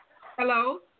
Hello